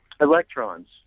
Electrons